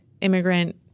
immigrant